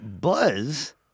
buzz